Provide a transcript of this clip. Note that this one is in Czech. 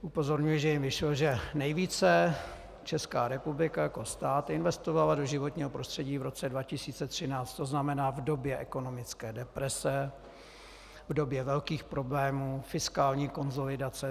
Upozorňuji, že jim vyšlo, že nejvíce Česká republika jako stát investovala do životního prostředí v roce 2013, to znamená v době ekonomické deprese, v době velkých problémů, fiskální konsolidace.